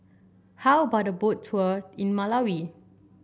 how about a Boat Tour in Malawi